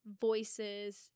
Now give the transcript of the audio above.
voices